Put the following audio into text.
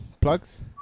Plugs